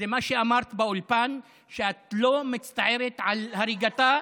מה שאמרת באולפן שאת לא מצטערת על הריגתה,